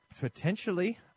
Potentially